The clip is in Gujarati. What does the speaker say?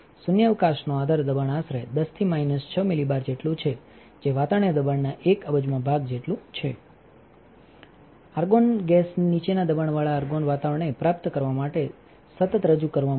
શૂન્યાવકાશનો આધાર દબાણ આશરે 10 થીમાઈનસ 6મિલિબાર જેટલું છેજે વાતાવરણીય દબાણના એક અબજમા ભાગજેટલું છે આર્ગોન ગેસ નીચા દબાણવાળા આર્ગોન વાતાવરણને પ્રાપ્ત કરવા માટે સતત રજૂ કરવામાં આવે છે